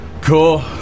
Cool